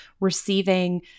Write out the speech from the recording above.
receiving